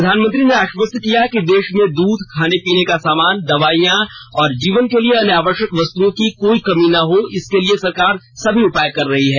प्रधानमंत्री ने आश्वस्त किया कि देश में दूध खाने पीने का सामान दवाइयों और जीवन के लिए अन्य आवश्यक वस्तुओ की कमी ना हो इसके लिए सरकार सभी उपाय कर रही है